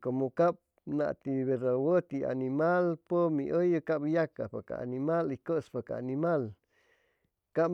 cumu cab u yacaj'pa ca animal y cuspa ca animal ca